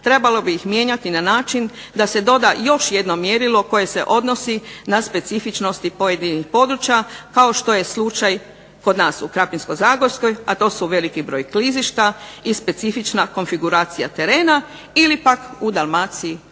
trebalo bi ih mijenjati na način da se doda još jedno mjerilo koje se odnosi na specifičnosti pojedinih područja kao što je slučaj kod nas u Krapinsko-zagorskoj, a to su veliki broj klizišta, i specifična konfiguracija terena ili pak u Dalmaciji